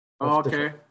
Okay